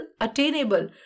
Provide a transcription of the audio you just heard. attainable